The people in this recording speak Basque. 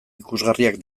ikusgarriak